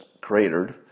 cratered